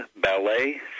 Ballet